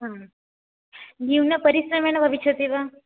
न्यूनपरिश्रमेण भविष्यति वा